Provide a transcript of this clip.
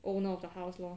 owner of the house lor